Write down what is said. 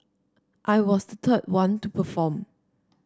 I was the third one to perform